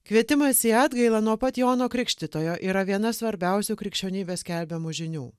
kvietimas į atgailą nuo pat jono krikštytojo yra viena svarbiausių krikščionybės skelbiamų žinių